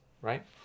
Right